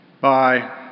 bye